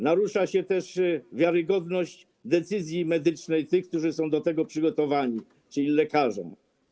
Narusza się też wiarygodność decyzji medycznej tych, którzy są do tego przygotowani, czyli lekarzy.